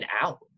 out